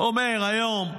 אומר היום,